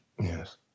Yes